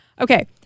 Okay